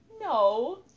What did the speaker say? no